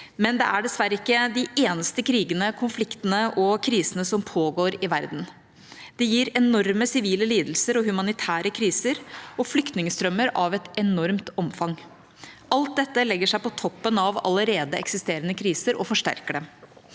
men det er dessverre ikke de eneste krigene, konfliktene og krisene som pågår i verden. Det gir enorme sivile lidelser, humanitære kriser og flyktningstrømmer av et enormt omfang. Alt dette legger seg på toppen av allerede eksisterende kriser og forsterker dem.